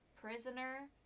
Prisoner